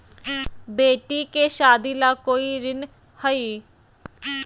बेटी के सादी ला कोई ऋण हई?